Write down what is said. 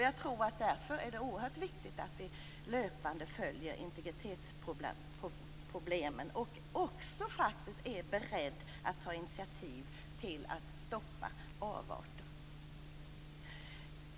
Jag tror att det är oerhört viktigt att vi löpande följer integritetsproblemen och också är beredda att ta initiativ till att stoppa avarter.